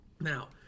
Now